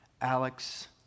Alex